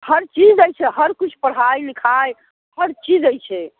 हर चीज दै छै हर किछु पढ़ाइ लिखाइ हर चीज दै छै